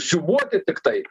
siūbuoti tiktai